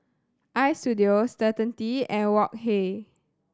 Istudio Certainty and Wok Hey